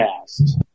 cast